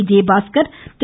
Vijayabaskar Thiru